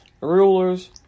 rulers